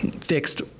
fixed